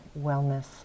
wellness